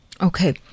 Okay